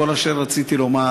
כל אשר רציתי לומר,